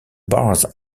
bars